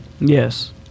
Yes